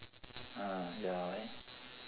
ah ya why